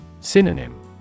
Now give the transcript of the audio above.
Synonym